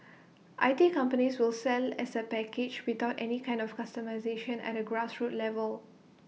I T companies will sell as A package without any kind of customisation at A grassroots level